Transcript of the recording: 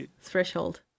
threshold